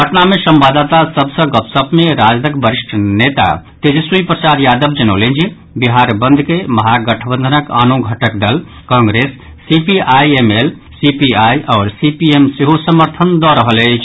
पटना मे संवाददाता सभ सँ गपशप मे राजदक वरिष्ठ नेता तेजस्वी प्रसाद यादव जनौलनि जे बिहार बंद के महागठबंधनक आनो घटक दल कांग्रेस सीपीआईएमएल सीपीआई आओर सीपीएम सेहो समर्थन दऽ रहल अछि